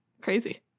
Crazy